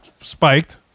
Spiked